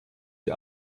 die